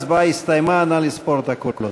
ההצבעה הסתיימה, נא לספור את הקולות.